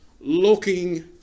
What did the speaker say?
looking